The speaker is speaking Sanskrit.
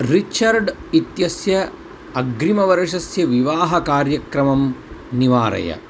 रिचर्ड् इत्यस्य अग्रिमवर्षस्य विवाहकार्यक्रमं निवारय